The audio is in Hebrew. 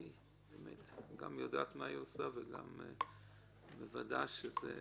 היא גם יודעת מה היא עושה וגם מוודאת שזה יתממש.